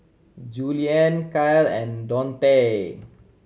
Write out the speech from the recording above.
Juliann Kyle and Dontae